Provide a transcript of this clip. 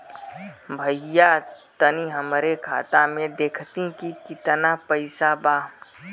भईया तनि हमरे खाता में देखती की कितना पइसा बा?